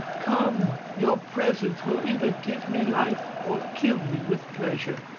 come! your presence will either give me life or kill me with pleasure.